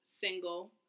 single